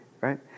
right